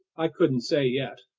i couldn't say yet.